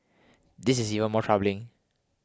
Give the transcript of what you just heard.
this is even more troubling